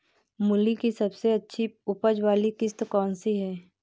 मूली की सबसे अच्छी उपज वाली किश्त कौन सी है?